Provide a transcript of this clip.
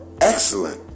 excellent